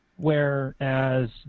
Whereas